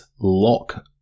lock